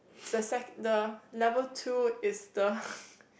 so sec~ the level two is the